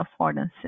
affordances